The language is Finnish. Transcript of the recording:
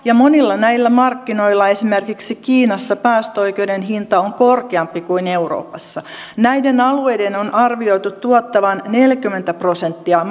monilla näillä markkinoilla esimerkiksi kiinassa päästöoikeuden hinta on korkeampi kuin euroopassa näiden alueiden on arvioitu tuottavan neljäkymmentä prosenttia